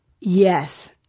Yes